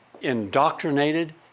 indoctrinated